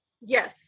Yes